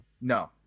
No